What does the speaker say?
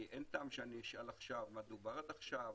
כי אין טעם שאשאל עכשיו מה דובר עד עכשיו,